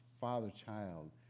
father-child